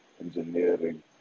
engineering